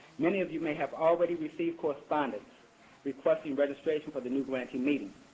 many of you may have already received correspondence requesting registration for the new grantee meeting.